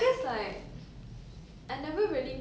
fit body 我我只是